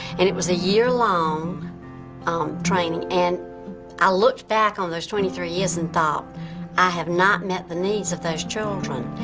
and it was a year-long training. and i looked back on those twenty three years and thought i have not met the needs of those children.